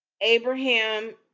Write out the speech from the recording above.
Abraham